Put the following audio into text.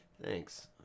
Thanks